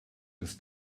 des